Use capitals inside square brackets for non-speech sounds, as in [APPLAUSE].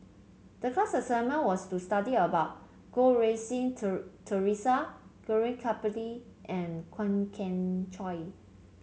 the class assignment was to study about Goh Rui Si [UNINTELLIGIBLE] Theresa Gaurav Kripalani and Kwok Kian Chow